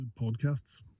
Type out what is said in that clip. podcasts